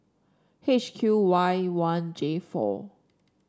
H Q Y one J four